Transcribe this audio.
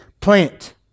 plant